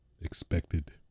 expected